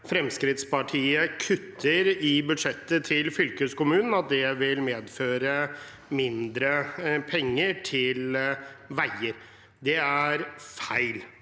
Fremskrittspartiet kutter i budsjettet til fylkeskommunene, vil det medføre mindre penger til vei. Det er feil.